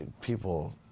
People